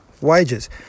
wages